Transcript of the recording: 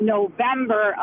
November